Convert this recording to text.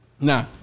Nah